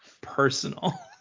personal